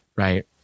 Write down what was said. Right